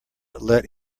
let